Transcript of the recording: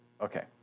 okay